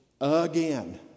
again